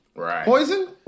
Poison